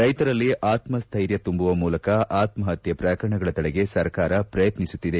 ರೈತರಲ್ಲಿ ಆತ್ಮಸ್ವೈರ್ಯ ತುಂಬುವ ಮೂಲಕ ಆತ್ಮಹತ್ಯೆ ಪ್ರಕರಣಗಳ ತಡೆಗೆ ಸರ್ಕಾರ ಪ್ರಯತ್ನಿಸುತ್ತಿದೆ